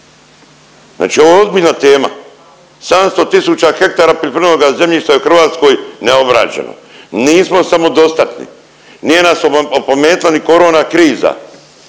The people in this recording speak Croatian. Znači ovo je ozbiljna tema, 700 tisuća hektara poljoprivrednoga zemljišta je u Hrvatskoj neobrađeno, nismo samodostatni, nije nas opametila ni korona kriza